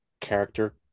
character